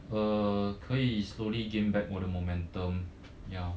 uh 可以 slowly gain back 我的 the momentum ya